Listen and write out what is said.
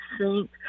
sink